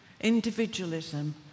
individualism